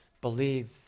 believe